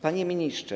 Panie Ministrze!